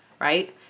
Right